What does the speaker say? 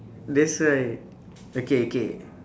that's right okay okay